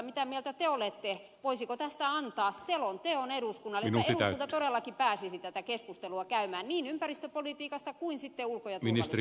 mitä mieltä te olette voisiko tästä antaa selonteon eduskunnalle niin että eduskunta todellakin pääsisi tätä keskustelua käymään niin ympäristöpolitiikasta kuin sitten ulko ja turvallisuuspolitiikasta